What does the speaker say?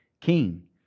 king